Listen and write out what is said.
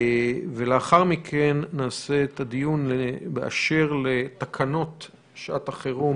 לאחר מכן נעשה את הדיון באשר לתקנות שעת החירום